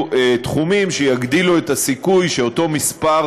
תחומים שיגדילו את הסיכוי שאותו מספר,